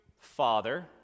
Father